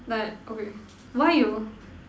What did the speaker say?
like okay why you